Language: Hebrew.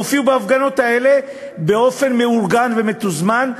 הופיעו בהפגנות האלה באופן מאורגן ומתוזמן,